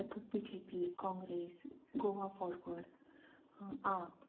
तातूं B J P Congress Goa Forward आप